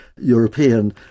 European